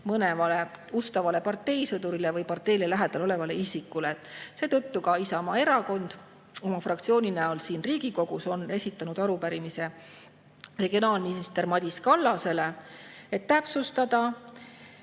mõnele ustavale parteisõdurile või parteile lähedal olevale isikule. Seetõttu on Isamaa Erakond esitanud oma fraktsiooniga siin Riigikogus arupärimise regionaalminister Madis Kallasele, et täpsustada,